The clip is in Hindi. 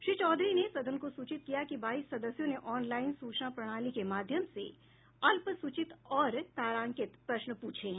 श्री चौधरी ने सदन को सूचित किया कि बाईस सदस्यों ने ऑनलाईन सूचना प्रणाली के माध्यम से अल्प सूचित और तारंकित प्रश्न प्रछे हैं